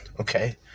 okay